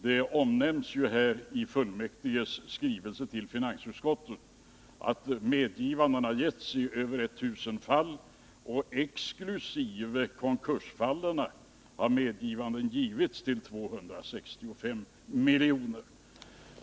Det omnämns i fullmäktiges skrivelse till finansutskottet att medgivanden har getts i över 1000 fall, och exkl. konkursfallen har medgivanden getts för 265 miljoner.